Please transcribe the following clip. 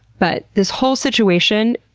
but this whole situation,